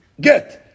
get